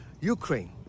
Ukraine